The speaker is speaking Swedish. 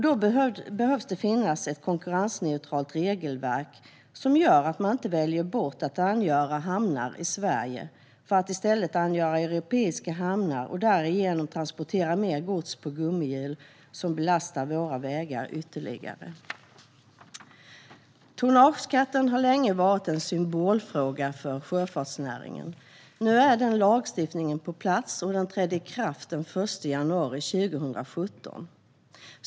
Då behövs det ett konkurrensneutralt regelverk som gör att man inte väljer bort att angöra hamnar i Sverige för att i stället angöra europeiska hamnar och därigenom transportera mer gods på gummihjul som belastar våra vägar ytterligare. Tonnageskatten har länge varit en symbolfråga för sjöfartsnäringen. Nu är den lagstiftningen på plats, och den trädde i kraft den 1 januari 2017.